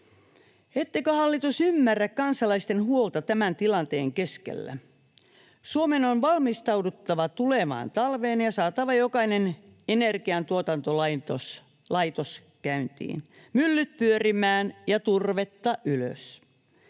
Ettekö, hallitus, ymmärrä kansalaisten huolta tämän tilanteen keskellä? Suomen on valmistauduttava tulevaan talveen ja saatava jokainen energiantuotantolaitos käyntiin, myllyt pyörimään ja turvetta ylös.